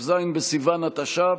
כ"ז בסיוון התש"ף,